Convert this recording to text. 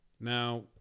Now